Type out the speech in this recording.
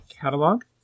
catalog